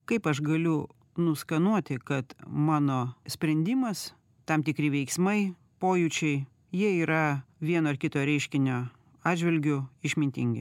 kaip aš galiu nuskanuoti kad mano sprendimas tam tikri veiksmai pojūčiai jie yra vieno ar kito reiškinio atžvilgiu išmintingi